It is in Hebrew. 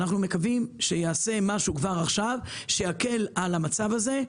ואנחנו מקווים שיעשה משהו כבר עכשיו שיקל על המצב הזה,